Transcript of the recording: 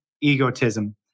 egotism